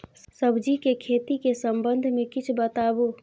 सब्जी के खेती के संबंध मे किछ बताबू?